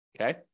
okay